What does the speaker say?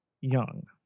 young